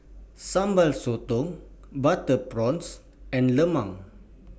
Sambal Sotong Butter Prawns and Lemang